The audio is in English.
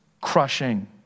crushing